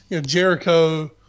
Jericho